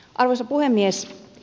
arvoisa puhemies